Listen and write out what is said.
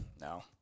No